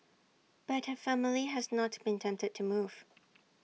but her family has not been tempted to move